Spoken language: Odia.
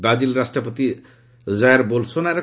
ବ୍ରାଜିଲ୍ ରାଷ୍ଟ୍ରପତି ଜାୟର ବୋଲସୋନାରେ